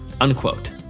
unquote